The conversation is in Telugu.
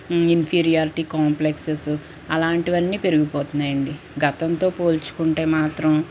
ఇన్ఫీరియారిటీ కాంప్లెక్స్సు అలాంటివన్నీ పెరిగిపోతున్నాయండి గతంతో పోల్చుకుంటే మాత్రం